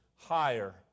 higher